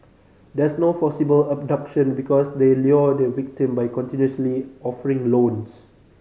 there's no forcible abduction because they lure the victim by continuously offering loans